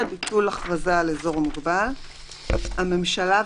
"ביטול הכרזה על אזור מוגבל 14. (א)הממשלה,